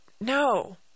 No